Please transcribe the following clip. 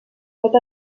tot